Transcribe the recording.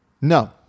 No